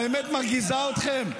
האמת מרגיזה אתכם?